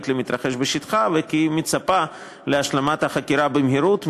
למתרחש בשטחה וכי היא מצפה להשלמת החקירה במהירות,